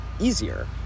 easier